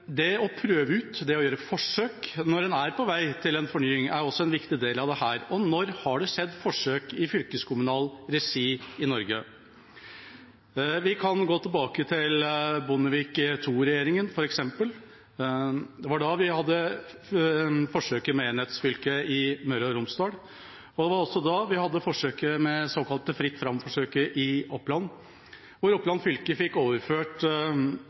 Det å prøve ut og gjøre forsøk når en er på vei mot en fornying, er også en viktig del av dette. Når har det skjedd forsøk i fylkeskommunal regi i Norge? Vi kan gå tilbake til f.eks. Bondevik II-regjeringa. Det var da vi hadde forsøket med enhetsfylke i Møre og Romsdal. Det var også da vi hadde det såkalte Fritt Fram-forsøket i Oppland, hvor Oppland fylke fikk overført